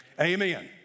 Amen